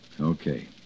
Okay